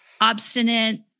obstinate